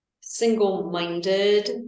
single-minded